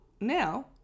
now